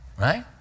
right